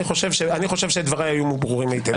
אני חושב שדבריי היו ברורים היטב.